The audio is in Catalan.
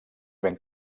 ben